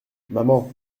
maman